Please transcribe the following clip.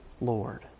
Lord